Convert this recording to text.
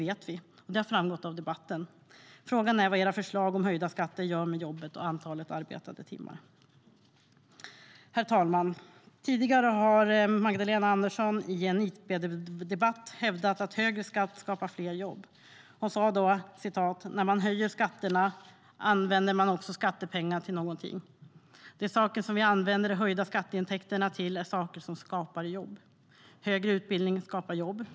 Det vet vi, och det har framgått av debatten. Frågan är vad era förslag om höjda skatter gör med jobben och antalet arbetade timmar. Herr talman! Tidigare har Magdalena Andersson i en interpellationsdebatt hävdat att högre skatt skapar fler jobb. Hon sa: "När man höjer skatterna använder man också skattepengarna till någonting. De saker som vi använder de höjda skatteintäkterna till är saker som skapar jobb. Högre utbildning skapar jobb.